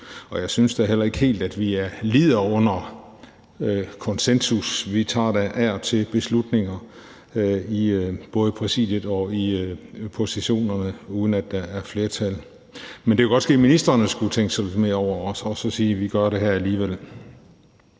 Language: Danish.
jeg synes da heller ikke helt, at vi lider under konsensus. Vi tager da af og til beslutninger i både præsidiet og på sessionerne, uden at der er flertal, men det kunne godt ske, at ministrene skulle tænke lidt mere over det og sige, at vi gør det her alligevel.